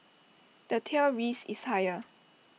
the tail risk is higher